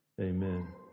Amen